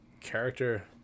character